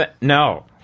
No